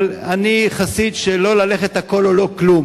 אבל אני חסיד של לא ללכת על "הכול או לא כלום".